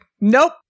nope